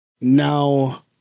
Now